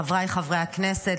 חבריי חברי הכנסת,